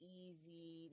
easy